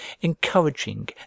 encouraging